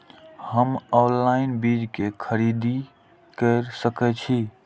हम ऑनलाइन बीज के खरीदी केर सके छी?